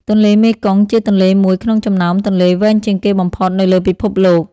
ទន្លេមេគង្គជាទន្លេមួយក្នុងចំណោមទន្លេវែងជាងគេបំផុតនៅលើពិភពលោក។